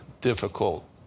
difficult